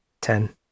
Ten